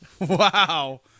Wow